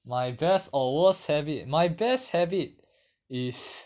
my best or worst habit my best habit is